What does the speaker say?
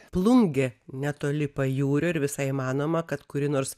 plungė netoli pajūrio ir visai įmanoma kad kuri nors